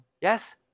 yes